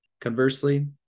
Conversely